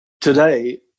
today